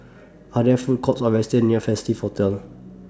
Are There Food Courts Or restaurants near Festive Hotel